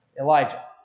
Elijah